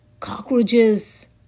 Cockroaches